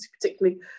particularly